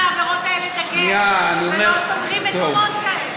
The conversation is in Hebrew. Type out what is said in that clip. העבירות האלה דגש ולא סוגרים מקומות כאלה.